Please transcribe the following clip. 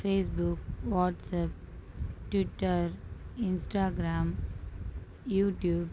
Facebook WhatsApp twitter Instagram YouTube